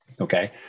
Okay